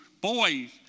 boys